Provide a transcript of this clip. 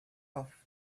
off